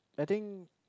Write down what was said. I think